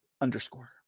underscore